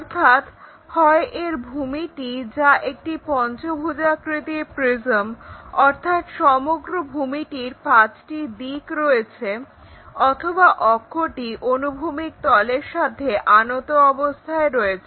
অর্থাৎ হয় এর ভূমিটি যা একটি পঞ্চভুজাকৃতির প্রিজম অর্থাৎ সমগ্র ভূমিটির পাঁচটি দিক রয়েছে অথবা অক্ষটি অনুভূমিক তলের সাথে আনত অবস্থায় রয়েছে